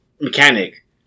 mechanic